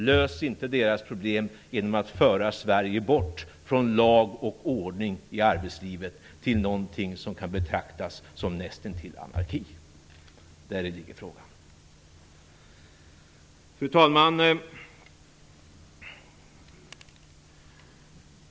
Lös inte deras problem genom att föra Sverige bort från lag och ordning i arbetslivet till någonting som kan betraktas som näst intill anarki! Fru talman!